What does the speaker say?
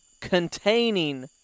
containing